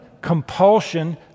compulsion